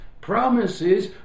promises